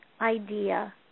idea